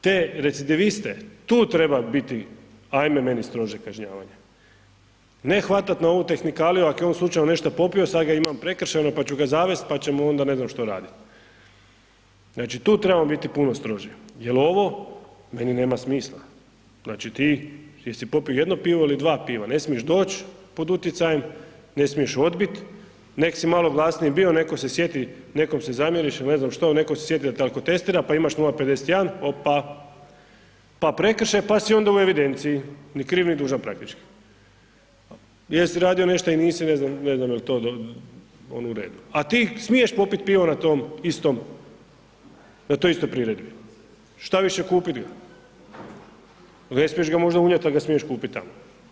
Te recidiviste, tu treba biti ajme meni strože kažnjavanje, ne hvatat na ovu tehnikaliju ako je on slučajno nešto popio sad ga imam prekršajno, pa ću ga zavest, pa ćemo onda ne znam što radit, znači tu trebamo biti puno stroži, jel ovo meni nema smisla, znači ti jesi popio jedno piva ili dva piva, ne smiješ doć pod utjecajem, ne smiješ odbit, nek si malo glasniji bio, neko se sjeti, nekom se zamjeriš il ne znam što, neko se sjeti da te alkotestira, pa imaš 0,51, opa, pa prekršaj, pa si onda u evidenciji ni kriv ni dužan praktički, jesi radio nešto il nisi ne znam, ne znam je li to onda u redu, a ti smiješ popit pivo na tom istom, na toj istoj priredbi, štaviše kupit ga, ne smiješ ga možda unijet, al ga smiješ kupit tamo.